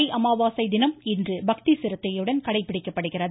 தை அமாவாசை தினம் இன்று பக்தி சிரத்தையுடன் கடைபிடிக்கப்படுகிறது